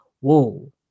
Whoa